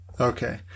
Okay